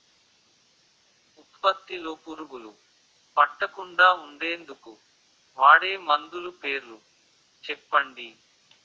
ఉత్పత్తి లొ పురుగులు పట్టకుండా ఉండేందుకు వాడే మందులు పేర్లు చెప్పండీ?